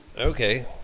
okay